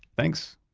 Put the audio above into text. thanks,